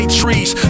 trees